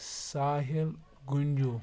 Sahil Ganjoo